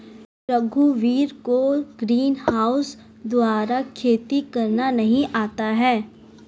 रघुवीर को ग्रीनहाउस द्वारा खेती करना नहीं आता है